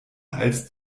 als